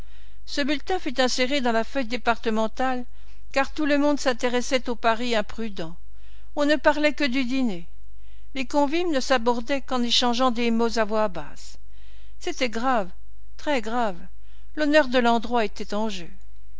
ce bulletin fut inséré dans la feuille départementale car tout le monde s'intéressait au pari imprudent on ne parlait que du dîner les convives ne s'abordaient qu'en échangeant des mots à voix basse c'était grave très grave l'honneur de l'endroit était en jeu